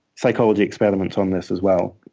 psychology experiments on this as well,